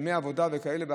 הסכמי עבודה וכאלה,